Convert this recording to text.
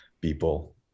people